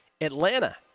Atlanta